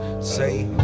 Say